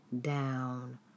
down